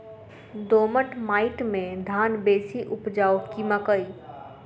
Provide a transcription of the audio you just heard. दोमट माटि मे धान बेसी उपजाउ की मकई?